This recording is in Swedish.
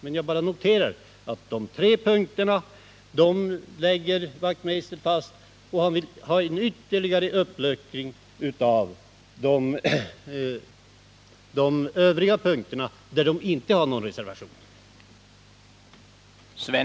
Men jag bara noterar att de tre punkterna lägger Hans Wachtmeister fast, och han vill ha en ytterligare uppluckring av de övriga punkterna, där det inte föreligger någon reservation.